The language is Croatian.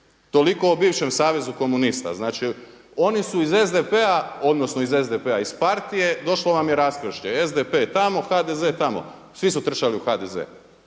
Toliko o bivšem savezu komunista. Znači oni su iz SDP-a, odnosno iz Partije, došlo vam je raskršće, SDP tamo, HDZ tamo, svi su trčali u HDZ.